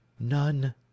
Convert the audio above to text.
none